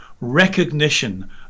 recognition